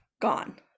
gone